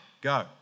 go